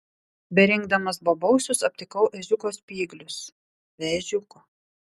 berinkdamas bobausius aptikau ežiuko spyglius be ežiuko